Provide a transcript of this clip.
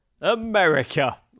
America